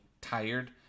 tired